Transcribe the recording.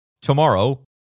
tomorrow